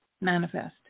manifest